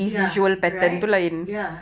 ya right ya